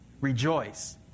rejoice